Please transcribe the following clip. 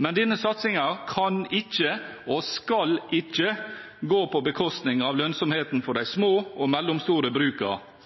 Men denne satsingen kan ikke og skal ikke gå på bekostning av lønnsomheten for de små og mellomstore